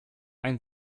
ein